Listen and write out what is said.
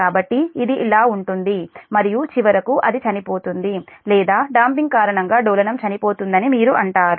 కాబట్టి ఇది ఇలా ఉంటుంది మరియు చివరకు అది చనిపోతుంది లేదా డాoపింగ్ కారణంగా డోలనం చనిపోతుందని మీరు అంటారు